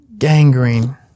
Gangrene